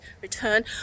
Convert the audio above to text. return